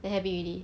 then happy already